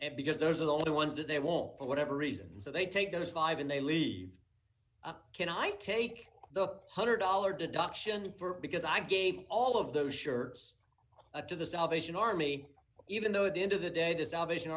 them because those are the ones that they won't for whatever reasons so they take those five and they leave can i take the one hundred dollars deduction for because i gave all of those shirts to the salvation army even though the end of the day the salvation